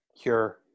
cure